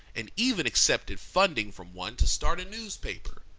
and even accepted funding from one to start a newspaper.